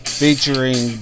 featuring